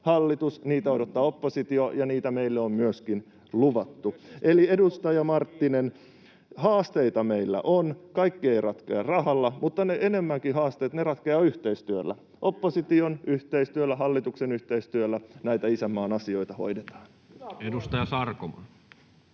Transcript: hallitus, niitä odottaa oppositio, ja niitä meille on myöskin luvattu. Eli edustaja Marttinen, haasteita meillä on, ja kaikki ei ratkea rahalla, mutta nekin haasteet ratkeavat yhteistyöllä — opposition yhteistyöllä ja hallituksen yhteistyöllä näitä isänmaan asioita hoidetaan. [Speech